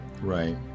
Right